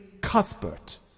Cuthbert